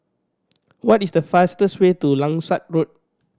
what is the fastest way to Langsat Road